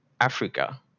Africa